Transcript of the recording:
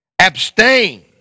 abstain